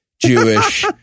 Jewish